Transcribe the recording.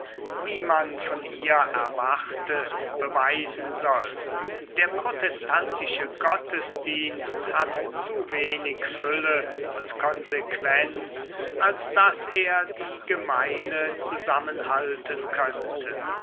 wie man von ihr erwartet beweisen soll der protestantische gottesdienst hat zu wenig fülle und konsequenz als daß er die gemeine zusammen halten könnte